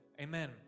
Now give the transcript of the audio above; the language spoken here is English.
Amen